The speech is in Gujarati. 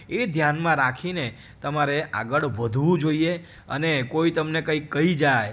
એ ધ્યાનમાં રાખીને તમારે આગળ વધવું જોઈએ અને કોઈ તમને કંઈક કહી જાય